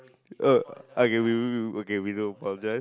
uh okay we will we will okay we do apologize